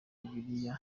bibiliya